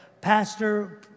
pastor